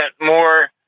more